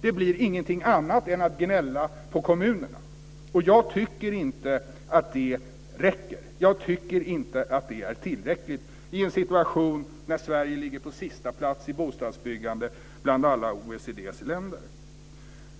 Det blir ingenting annat än att gnälla på kommunerna. Jag tycker inte att det räcker. Jag tycker inte att det är tillräckligt i en situation där Sverige ligger på sista plats i bostadsbyggande bland alla OECD:s länder.